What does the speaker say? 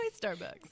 Starbucks